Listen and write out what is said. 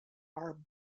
are